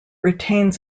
retains